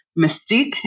mystique